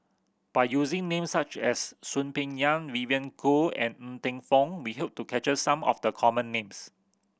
by using names such as Soon Peng Yam Vivien Goh and Ng Teng Fong we hope to capture some of the common names